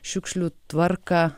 šiukšlių tvarką